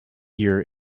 year